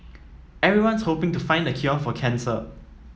everyone's hoping to find the cure for cancer